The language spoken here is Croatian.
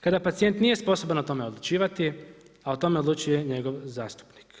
Kada pacijent nije sposoban o tome odlučivati, a o tome odlučuje njegov zastupnik.